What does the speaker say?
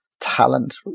talent